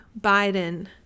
biden